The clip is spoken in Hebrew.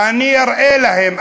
אני אראה להם.